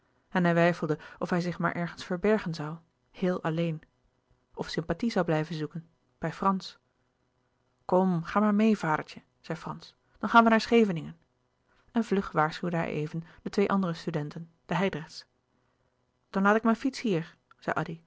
en hij weifelde of hij zich maar ergens verbergen zoû heel alleen louis couperus de boeken der kleine zielen of sympathie zoû blijven zoeken bij frans kom ga maar meê vadertje zei frans dan gaan we naar scheveningen en vlug waarschuwde hij even de twee andere studenten de hijdrechts dan laat ik mijn fiets